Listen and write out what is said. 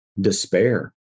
despair